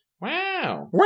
Wow